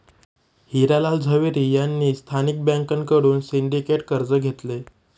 हिरा लाल झवेरी यांनी स्थानिक बँकांकडून सिंडिकेट कर्ज घेतले